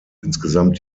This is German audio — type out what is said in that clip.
insgesamt